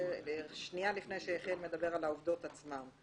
שנייה לפני שחן מדבר על העובדות עצמן.